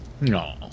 No